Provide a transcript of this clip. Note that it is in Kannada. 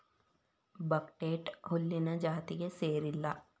ಬಕ್ಹ್ಟೇಟ್ ಹುಲ್ಲಿನ ಜಾತಿಗೆ ಸೇರಿಲ್ಲಾ